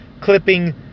clipping